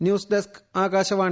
news desk Akashvani